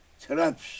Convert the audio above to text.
traps